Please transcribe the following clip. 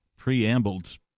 preambled